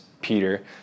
Peter